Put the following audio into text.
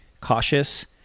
cautious